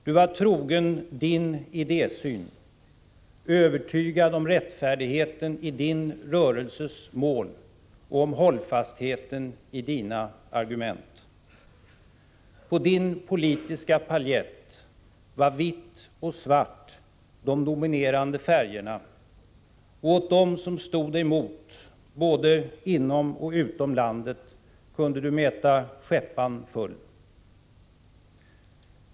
Du var trogen Din idésyn, övertygad om rättfärdigheten i Din rörelses mål och om hållfastheten i Dina argument. På Din politiska palett var vitt och svart de dominerande färgerna, och åt dem som stod Dig mot — både inom och utom landet — kunde Du mäta skäppan full.